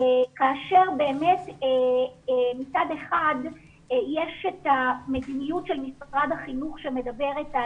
כאשר באמת מצד אחד יש את המדיניות של משרד החינוך שמדברת,